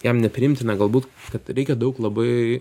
jam nepriimtina galbūt kad reikia daug labai